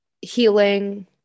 healing